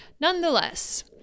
Nonetheless